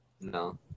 No